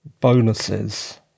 bonuses